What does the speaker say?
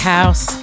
House